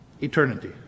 Eternity